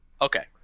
Okay